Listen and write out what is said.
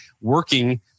working